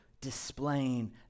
displaying